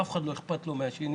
אף אחד לא אכפת לו אחד מהשני,